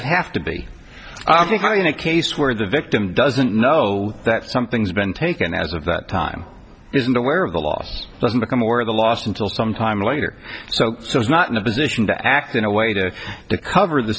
that have to be obviously in a case where the victim doesn't know that something's been taken as of that time isn't aware of the loss doesn't become aware of the last until some time later so it's not in a position to act in a way to cover the